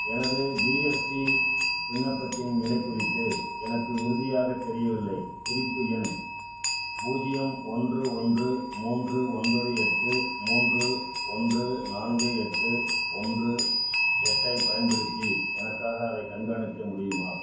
எனது ஜிஎஸ்டி விண்ணப்பத்தின் நிலை குறித்து எனக்கு உறுதியாகத் தெரியவில்லை குறிப்பு எண் பூஜ்ஜியம் ஒன்று ஒன்று மூன்று ஒன்பது எட்டு மூன்று ஒன்று நான்கு எட்டு ஒன்று எட்டு ஐப் பயன்படுத்தி எனக்காக அதைக் கண்காணிக்க முடியுமா